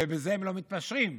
ובזה הם לא מתפשרים.